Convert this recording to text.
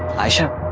ayesha,